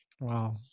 Wow